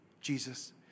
Jesus